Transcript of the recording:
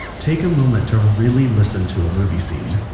take a moment to really listen to a movie scene.